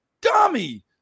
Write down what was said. dummy